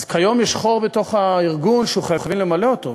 אז כיום יש חור בתוך הארגון שחייבים למלא אותו,